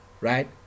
right